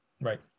Right